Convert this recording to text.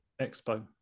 expo